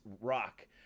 rock